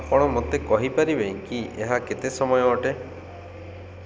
ଆପଣ ମୋତେ କହିପାରିବେ କି ଏହା କେତେ ସମୟ ଅଟେ